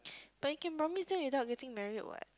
but it can promise that without getting married what